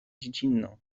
dziecinną